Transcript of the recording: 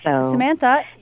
Samantha